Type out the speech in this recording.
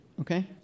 Okay